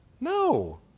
No